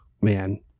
man